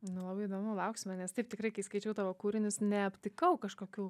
nu labai įdomu lauksime nes taip tikrai kai skaičiau tavo kūrinius neaptikau kažkokių